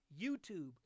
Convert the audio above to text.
YouTube